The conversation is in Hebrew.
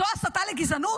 זו הסתה לגזענות?